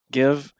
give